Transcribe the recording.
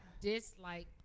dislike